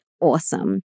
awesome